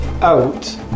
out